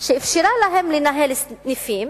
שאפשרה להם לנהל סניפים,